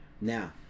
Now